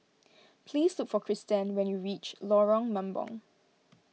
please look for Cristen when you reach Lorong Mambong